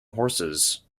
horses